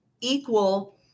equal